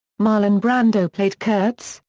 marlon brando played kurtz,